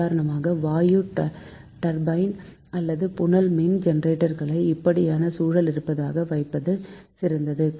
உதாரணமாக வாயு டர்பைன் அல்லது புனல் மின் ஜெனெரேட்டர்களை இப்படியான சுழல் இருப்பாக வைப்பது சிறந்தது